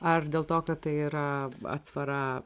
ar dėl to kad tai yra atsvara